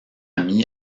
ami